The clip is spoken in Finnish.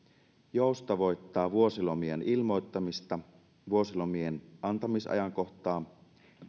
joustavoittaa vuosilomien ilmoittamista vuosilomien antamisajankohtaa